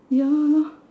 ya